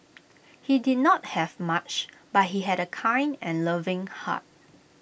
he did not have much but he had A kind and loving heart